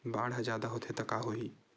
बाढ़ ह जादा होथे त का होही?